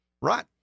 Right